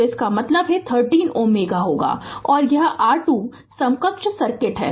तो इसका मतलब है यह 13 Ω होगा और यह r2 समकक्ष सर्किट है